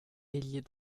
ailier